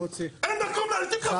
אין מקום לאנשים כמוך באוצר.